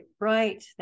right